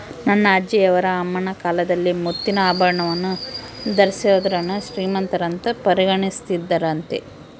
ನನ್ನ ಅಜ್ಜಿಯವರ ಅಮ್ಮನ ಕಾಲದಲ್ಲಿ ಮುತ್ತಿನ ಆಭರಣವನ್ನು ಧರಿಸಿದೋರ್ನ ಶ್ರೀಮಂತರಂತ ಪರಿಗಣಿಸುತ್ತಿದ್ದರಂತೆ